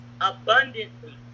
abundantly